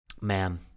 Man